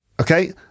okay